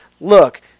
Look